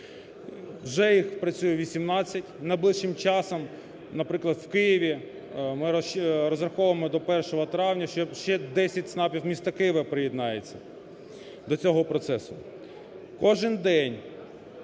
вже їх працює 18, найближчим часом, наприклад, в Києві ми розраховуємо до 1 травня, що ще десять ЦНАПів міста Києва приєднається до цього процесу.